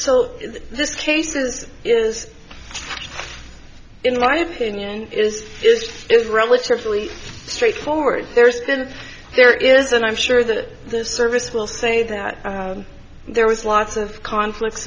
so this case is is in my opinion is is relatively straightforward there's been there is and i'm sure that the service will say that there was lots of conflicts